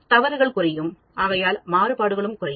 இதனால் தவறுகள் குறையும் ஆகையால் மாறுபாடுகளும் குறையும்